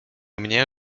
mnie